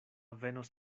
venos